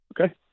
Okay